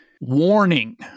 Warning